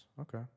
Okay